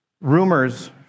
rumors